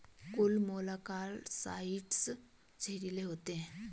कुछ मोलॉक्साइड्स जहरीले होते हैं